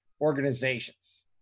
organizations